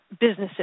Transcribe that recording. businesses